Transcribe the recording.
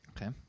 Okay